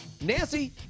Nancy